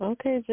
Okay